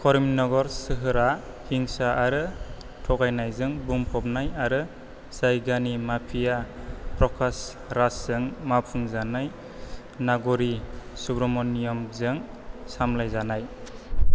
करीमनगर सोहोरआ हिंसा आरो थगायनायजों बुंफबनाय आरो जायगानि माफिया प्रकाश राजजों मावफुंजानाय नाग'री सुब्रमण्यमजों सामलायजानाय